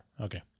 Okay